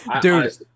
Dude